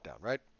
Right